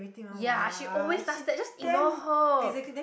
ya she always does that just ignore her